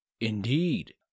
Indeed